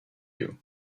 you